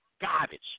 garbage